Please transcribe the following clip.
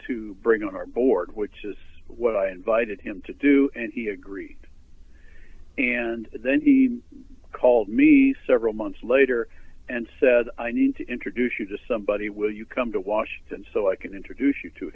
to bring on our board which is what i invited him to do and he agreed and then he called me several months later and said i need to introduce you to somebody will you come to washington so i can introduce you to